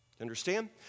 Understand